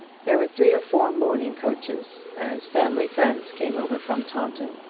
there were three or four mourning coaches, as family friends came over from taunton,